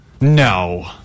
no